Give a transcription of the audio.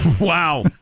Wow